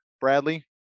Bradley